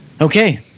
Okay